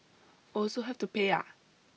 also have to pay ah